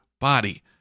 body